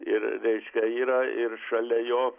ir reiškia yra ir šalia jo